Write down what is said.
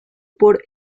por